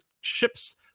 ships